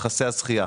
יחסי הזכייה.